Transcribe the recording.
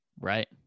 Right